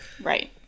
Right